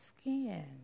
skin